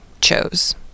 chose